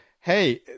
hey